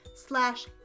slash